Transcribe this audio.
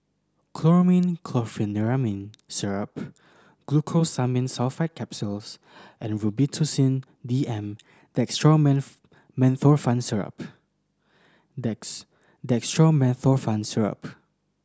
Chlormine Chlorpheniramine Syrup Glucosamine Sulfate Capsules and Robitussin D M Dextromethorphan Syrup Dextromethorphan Syrup